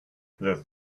those